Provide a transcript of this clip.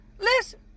listen